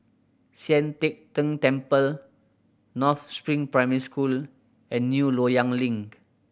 Sian Teck Tng Temple North Spring Primary School and New Loyang Link